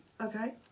Okay